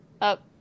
up